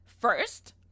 first